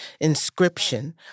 inscription